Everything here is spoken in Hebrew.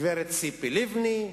גברת ציפי לבני,